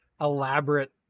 elaborate